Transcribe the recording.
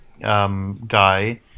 guy